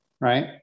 right